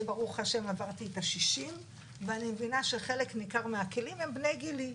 אני ברוך השם עברתי את ה-60 ואני מבינה שחלק ניכר מהכלים הם בני גילי.